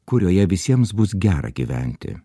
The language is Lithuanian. kurioje visiems bus gera gyventi